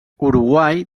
uruguai